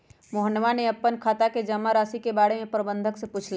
मोहनवा ने अपन खाता के जमा राशि के बारें में प्रबंधक से पूछलय